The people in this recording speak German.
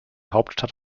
hauptstadt